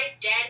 dead